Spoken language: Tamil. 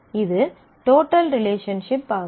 இது டோட்டல் ரிலேஷன்ஷிப் ஆகும்